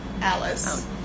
Alice